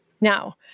Now